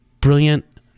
Brilliant